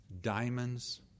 diamonds